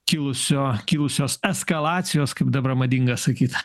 kilusio kilusios eskalacijos kaip dabar madinga sakyt